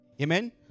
Amen